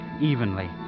evenly